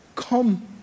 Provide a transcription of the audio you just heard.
Come